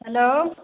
hello